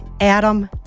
Adam